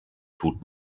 tut